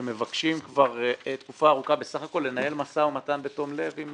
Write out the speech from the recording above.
שמבקשים כבר תקופה ארוכה בסך הכול לנהל משא ומתן בתום לב עם